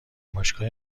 باشگاه